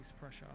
pressure